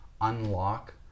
unlock